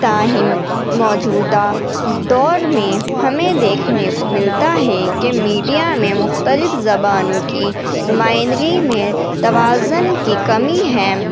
تاہم موجودہ دور میں ہمیں دیکھنے کو ملتا ہے کہ میڈیا میں مختلف زبانوں کی نمائندگی میں توازن کی کمی ہے